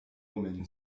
woman